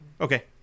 okay